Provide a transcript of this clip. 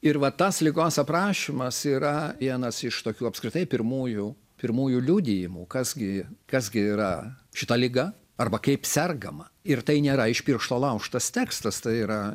ir va tas ligos aprašymas yra vienas iš tokių apskritai pirmųjų pirmųjų liudijimų kas gi kas gi yra šita liga arba kaip sergama ir tai nėra iš piršto laužtas tekstas tai yra